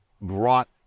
brought